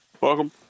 Welcome